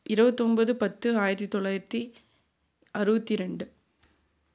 இருவத்தொன்பது பத்து ஆயிரத்தி தொளாயிரத்தி அறுபத்தி ரெண்டு